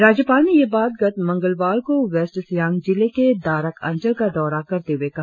राज्यपाल ने ये बात गत मंगलवार को वेस्ट सियांग जिले के दारक अंचल का दौरा करते हुए कहा